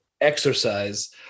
exercise